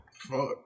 Fuck